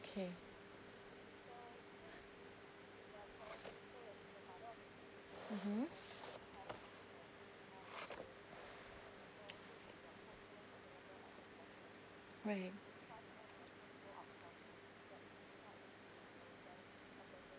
K mmhmm right